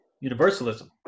universalism